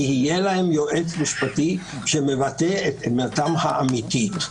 יהיה להם יועץ משפטי שמבטא את עמדתם האמיתית.